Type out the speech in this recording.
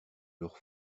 leur